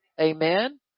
Amen